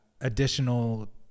additional